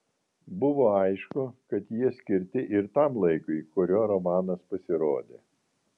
buvo aišku kad jie skirti ir tam laikui kuriuo romanas pasirodė